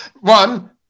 One